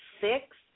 six